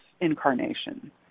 incarnation